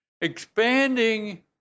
expanding